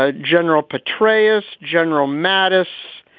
ah general petraeus, general mattis,